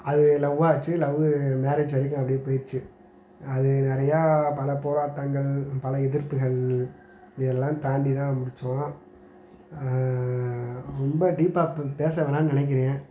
அது லவ்வாக ஆச்சு லவ்வு மேரேஜி வரைக்கும் அப்படியே போயிருச்சு அது நிறையா பல போராட்டங்கள் பல எதிர்ப்புகள் இது எல்லாம் தாண்டி தான் முடித்தோம் ரொம்ப டீப்பாக இப்போ பேச வேணாம்னு நினைக்கிறேன்